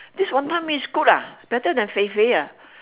this wanton-mee is good lah better than fei-fei ah